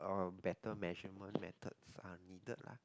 um better measurement methods are needed lah